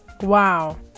wow